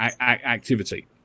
activity